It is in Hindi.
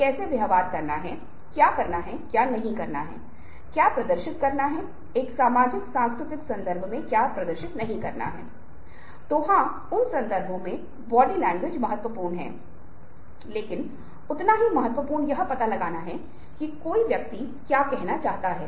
धोखा कुछ ऐसा है जो मुझे हो सकता है मैंने पाया है जो पता लगाया जा सकता है और इस अर्थ में यह कुछ ऐसा है जो मामलों की वास्तविक स्थिति नहीं है इसलिए कृत्रिम स्थिति है